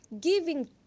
giving